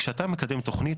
כשאתה מקדם תוכנית,